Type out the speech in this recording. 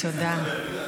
תודה.